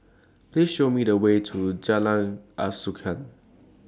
Please Show Me The Way to Jalan Asuhan